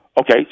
Okay